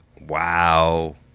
Wow